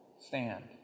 stand